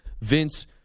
Vince